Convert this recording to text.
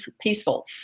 peaceful